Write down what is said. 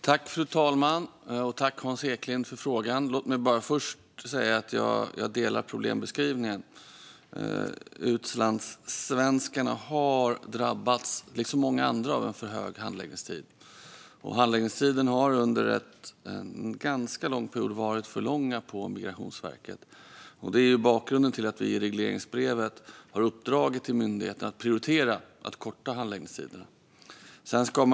Fru talman! Tack, Hans Eklind, för frågan! Låt mig först säga att jag delar bilden av problembeskrivningen. Utlandssvenskarna har liksom många andra drabbats av en för långsam handläggningstid. Handläggningstiderna har under ganska lång tid varit för långa på Migrationsverket. Det är bakgrunden till att vi i regleringsbrevet har gett myndigheten i uppdrag att prioritera kortade handläggningstider. Fru talman!